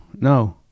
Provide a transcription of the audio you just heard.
no